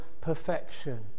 perfection